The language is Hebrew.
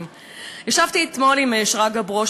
היושב-ראש,